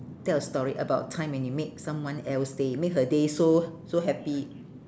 tell a story about a time when you make someone else day make her day so so happy